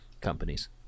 companies